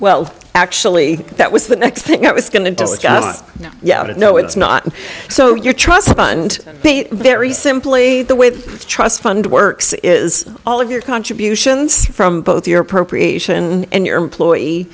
well actually that was the next thing i was going to yeah i don't know it's not so your trust fund very simply the way the trust fund works is all of your contributions from both your appropriation and your employee